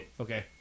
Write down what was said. Okay